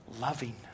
loving